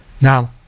Now